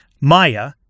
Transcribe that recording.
Maya